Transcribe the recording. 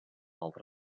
altre